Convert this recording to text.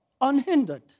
Unhindered